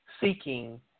seeking